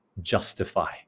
justify